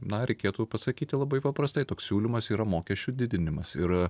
na reikėtų pasakyti labai paprastai toks siūlymas yra mokesčių didinimas ir